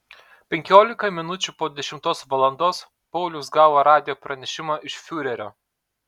penkiolika minučių po dešimtos valandos paulius gavo radijo pranešimą iš fiurerio